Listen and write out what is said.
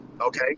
Okay